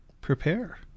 prepare